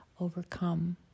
overcome